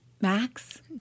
max